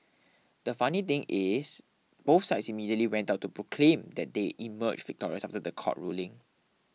the funny thing is both sides immediately went out to proclaim that they emerge victorious after the court ruling